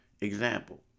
Example